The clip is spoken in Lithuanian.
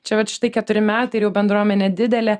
čia vat štai keturi metai ir jau bendruomenė didelė